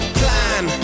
plan